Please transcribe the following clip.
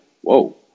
whoa